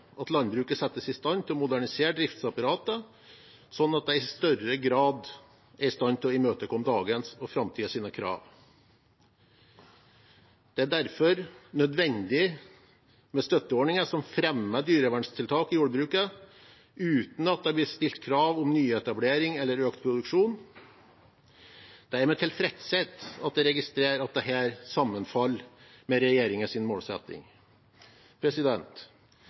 at landbruket settes i stand til å modernisere driftsapparatet, slik at det i større grad er i stand til å imøtekomme dagens og framtidens krav. Det er derfor nødvendig med støtteordninger som fremmer dyrevernstiltak i jordbruket uten at det blir stilt krav om nyetablering eller økt produksjon. Det er med tilfredshet jeg registrerer at dette sammenfaller med regjeringens målsetting.